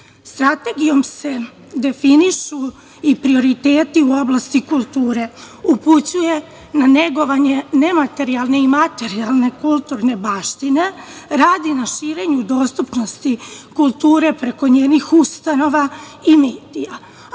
kulturu. Strategijom se definišu i prioriteti u oblasti kulture, upućuje na negovanje nematerijalne i materijalne kulturne baštine, radi na širenju dostupnosti kulture preko njenih ustanova i medija,